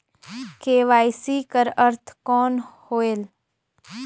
KYC कर अर्थ कौन होएल?